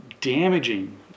damaging